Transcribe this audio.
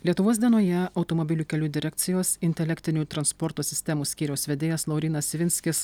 lietuvos dienoje automobilių kelių direkcijos intelektinių transporto sistemų skyriaus vedėjas laurynas ivinskis